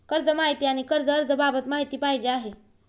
कर्ज माहिती आणि कर्ज अर्ज बाबत माहिती पाहिजे आहे